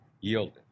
yielded